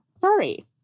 furry